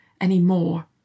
anymore